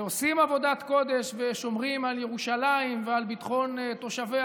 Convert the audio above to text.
שעושים עבודת קודש ושומרים על ירושלים ועל ביטחון תושביה